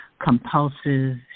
compulsive